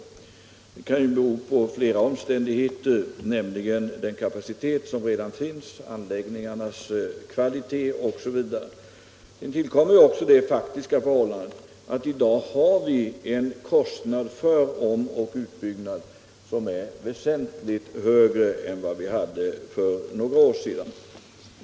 Skillnaden kan ju bero på flera omständigheter: den kapacitet som redan finns, anläggningens kvalitet osv. Sedan tillkommer också det faktiska förhållandet att vi i dag har en kostnad för om och utbyggnad som är väsentligt högre än den vi hade för några år sedan.